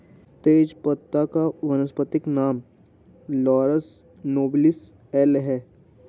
तेजपत्ता का वानस्पतिक नाम लॉरस नोबिलिस एल है